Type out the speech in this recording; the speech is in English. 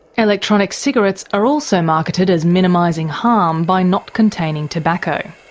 electronic cigarettes are also marketed as minimising harm by not containing tobacco.